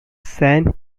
san